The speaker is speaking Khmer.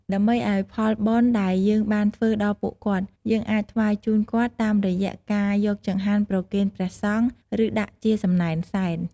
ដើម្បីឲ្យផលបុណ្យដែលយើងបានធ្វើដល់ពួកគាត់ យើងអាចថ្វាយជូនគាត់តាមរយៈការយកចង្ហាន់ប្រគេនព្រះសង្ឃ ឬដាក់ជាសំណែនសែន។